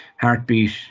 heartbeat